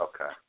Okay